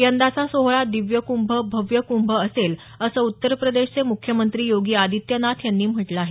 यंदाचा सोहळा दिव्य कुंभ भव्य कुंभ असेल असं उत्तर प्रदेशचे मुख्यमंत्री योगी आदित्यनाथ यांनी म्हटलं आहे